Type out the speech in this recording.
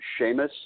Seamus